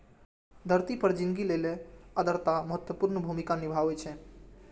धरती पर जिनगी लेल आर्द्रता महत्वपूर्ण भूमिका निभाबै छै